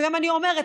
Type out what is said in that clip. וגם אני אומרת,